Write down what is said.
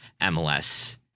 MLS